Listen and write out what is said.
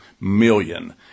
million